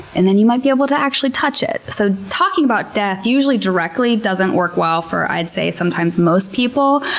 and then you might be able to actually touch it. so, talking about death usually directly doesn't work well for, i'd say, sometimes most people.